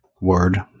word